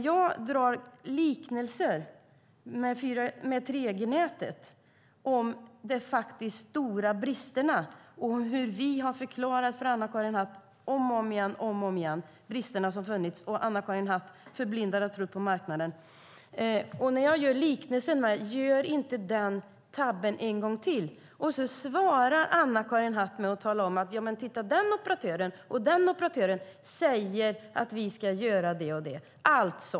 Jag drar liknelser med 3G-nätet och de faktiskt stora bristerna - vi har om och om igen förklarat för Anna-Karin Hatt de brister som har funnits och att hon förblindad tror på marknaden - och säger: Gör inte den tabben en gång till! Då svarar Anna-Karin Hatt med att säga: Ja, men titta, den och den operatören säger att de ska göra det och det!